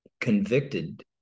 convicted